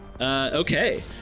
Okay